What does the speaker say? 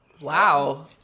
Wow